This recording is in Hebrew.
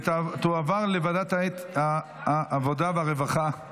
ותועבר לוועדת העבודה והרווחה